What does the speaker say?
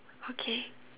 okay